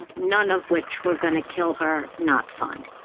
none of which were going to kill her, not fine.